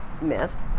myth